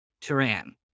Turan